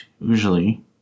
usually